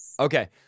Okay